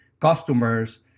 customers